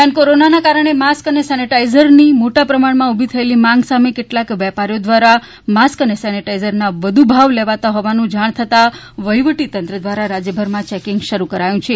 દરમ્યાન કોરોનાના કારણે માસ્ક અને સેનેટાઇઝરની મોટા પ્રમાણ ઊભી થયેલી માંગ સામે કેટલાક વેપારીઓ દ્વારા માસ્ક અને સેનેટાઇઝરના વધુ ભાવ લેવાતા હોવાનું જાણ થતા વહીવટીતંત્ર દ્વારા રાજ્યભરમાં ચેકીંગ શરૂ કરાયુ છે